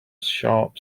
sharp